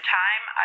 time